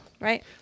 Right